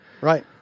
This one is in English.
Right